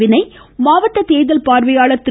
வினய் மாவட்ட தேர்தல் பார்வையாளர் திரு